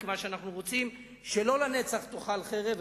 מכיוון שאנחנו רוצים שלא לנצח תאכל חרב,